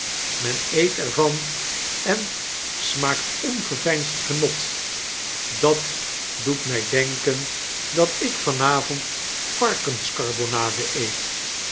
men eet er van en smaakt ongeveinsd genot dat doet mij denken dat ik van avond varkenskarbonade eet